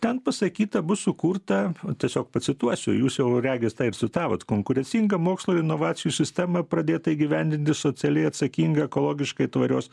ten pasakyta bus sukurta tiesiog pacituosiu jūs jau regis tą ir citavot konkurencinga mokslo ir inovacijų sistema pradėta įgyvendinti socialiai atsakinga ekologiškai tvarios